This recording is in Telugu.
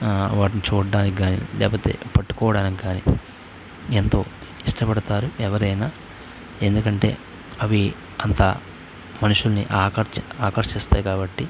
వాటిని చూడటానికి కాని లేకపోతే పట్టుకోవటానికి కాని ఎంతో ఇష్టపడతారు ఎవరైనా ఎందుకంటే అవి అంత మనుషుల్ని ఆకర్ష్ ఆకర్షిస్తాయి కాబట్టి